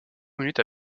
minutes